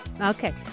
Okay